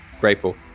grateful